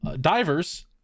Divers